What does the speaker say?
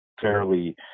fairly